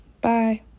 Bye